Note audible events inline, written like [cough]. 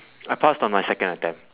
[breath] I passed on my second attempt